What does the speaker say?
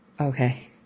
Okay